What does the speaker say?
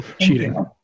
Cheating